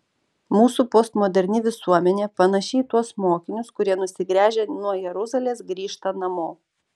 mūsų postmoderni visuomenė panaši į tuos mokinius kurie nusigręžę nuo jeruzalės grįžta namo